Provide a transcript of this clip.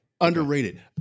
Underrated